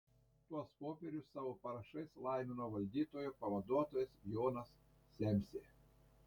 tuos popierius savo parašais laimino valdytojo pavaduotojas jonas semsė